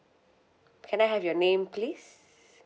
can I have your name please